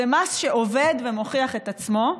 זה מס שעובד ומוכיח את עצמו.